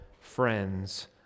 friends